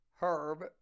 Herb